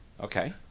Okay